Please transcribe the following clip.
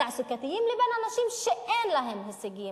תעסוקתיים, לבין הנשים שאין להן הישגים.